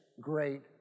great